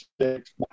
six